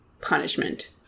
punishment